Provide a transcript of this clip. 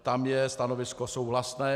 Tam je stanovisko souhlasné.